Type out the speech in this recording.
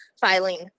filing